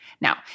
Now